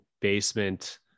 basement